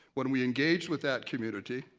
when we engage with that community,